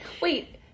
Wait